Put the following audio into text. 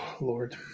Lord